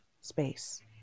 space